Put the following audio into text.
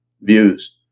views